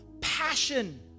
passion